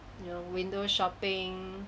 ya window shopping